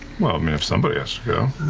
well, i mean, if somebody has to go.